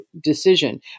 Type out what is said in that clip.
decision